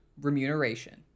remuneration